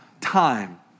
time